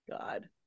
God